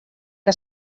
que